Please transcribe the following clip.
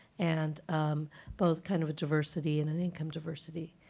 and um both kind of a diversity and an income diversity,